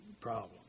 problem